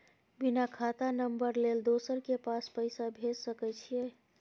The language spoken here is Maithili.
बिना खाता नंबर लेल दोसर के पास पैसा भेज सके छीए?